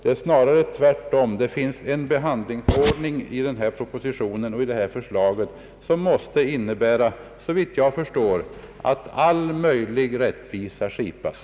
I propositionen föreslås en behandlingsordning som innebär att all möjlig rättvisa skipas.